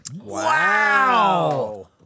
Wow